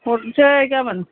हरनोसै गाबोन